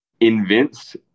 invents